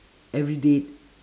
every date